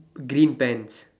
green pants